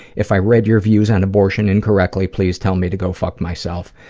if i read your views on abortion incorrectly, please tell me to go fuck myself.